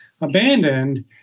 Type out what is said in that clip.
abandoned